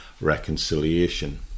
reconciliation